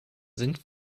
sind